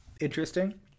interesting